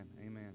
amen